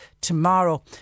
tomorrow